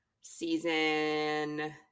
season